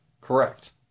correct